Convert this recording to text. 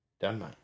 Done